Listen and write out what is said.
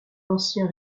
l’ancien